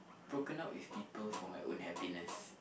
broken up with people for my own happiness